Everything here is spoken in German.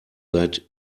seit